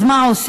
אז מה עושים?